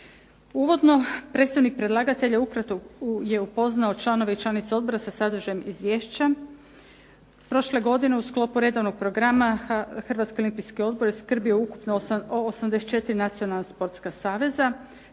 Uvodno predstavnik predlagatelja ukratko je upoznao članove i članice odbora sa sadržajem izvješća. Prošle godine u sklopu redovnog programa Hrvatski olimpijski odbor je skrbio ukupno o 84 nacionalna sportska saveza.